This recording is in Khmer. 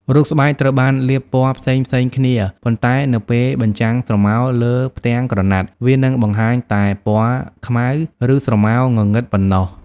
រូបស្បែកត្រូវបានលាបពណ៌ផ្សេងៗគ្នា ប៉ុន្តែនៅពេលបញ្ចាំងស្រមោលលើផ្ទាំងក្រណាត់ វានឹងបង្ហាញតែពណ៌ខ្មៅ ឬស្រមោលងងឹតប៉ុណ្ណោះ ។